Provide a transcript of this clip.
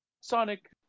Sonic